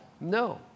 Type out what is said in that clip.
no